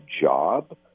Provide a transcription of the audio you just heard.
job